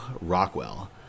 Rockwell